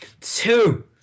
two